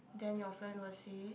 then your friend will say